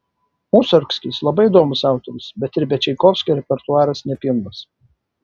musorgskis labai įdomus autorius bet ir be čaikovskio repertuaras nepilnas